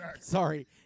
Sorry